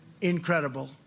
incredible